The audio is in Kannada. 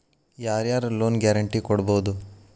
ಯಾರ್ ಯಾರ್ ಲೊನ್ ಗ್ಯಾರಂಟೇ ಕೊಡ್ಬೊದು?